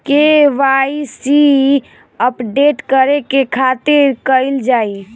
KYC update करे के खातिर का कइल जाइ?